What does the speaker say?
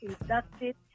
inducted